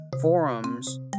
forums